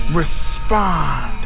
respond